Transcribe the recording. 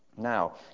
Now